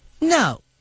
no